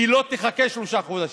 והיא לא תחכה שלושה חודשים.